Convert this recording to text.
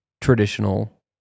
traditional